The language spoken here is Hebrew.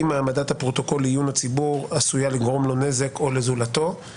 אם העמדת הפרוטוקול לעיון הציבור עשויה לגרום לו נזק או לזולתו.